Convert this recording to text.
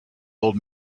old